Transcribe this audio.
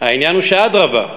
העניין הוא שאדרבה,